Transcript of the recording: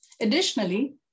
Additionally